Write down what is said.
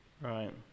Right